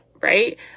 Right